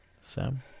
Sam